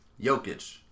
Jokic